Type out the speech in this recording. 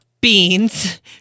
beans